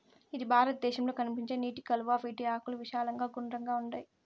ఇది భారతదేశంలో కనిపించే నీటి కలువ, వీటి ఆకులు విశాలంగా గుండ్రంగా ఉంటాయి